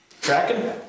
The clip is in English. Tracking